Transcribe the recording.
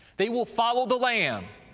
they will follow the lamb,